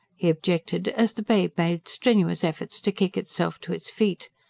he objected, as the babe made strenuous efforts to kick itself to its feet.